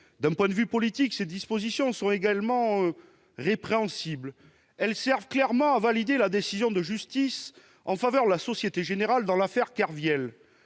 D'un point de vue politique, ces dispositions sont également répréhensibles. Elles servent clairement à valider la décision de justice en faveur de la Société Générale dans l'affaire Kerviel.